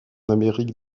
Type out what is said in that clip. amérique